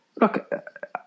look